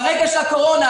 ברגע של הקורונה,